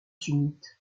sunnites